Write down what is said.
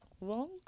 wrong